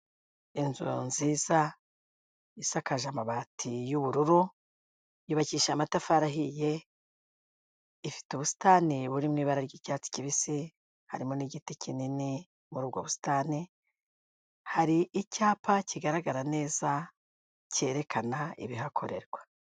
Inzu nziza isakaje amabati y'ubururu, yubakisha amatafari ahiye, ifite ubusitani buri mu ibara ry'icyatsi kibisi, harimo n'igiti kinini muri ubwo busitani, hari icyapa kigaragara neza cyerekana ibihakorerwa.